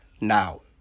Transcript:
now